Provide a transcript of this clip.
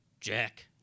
Jack